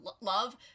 love